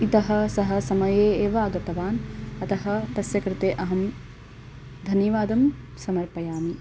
इतः सः समये एव आगतवान् अतः तस्य कृते अहं धन्यवादं समर्पयामि